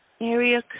Area